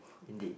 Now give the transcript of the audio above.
indeed